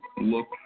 look